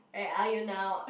where are you now